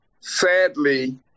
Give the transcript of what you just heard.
sadly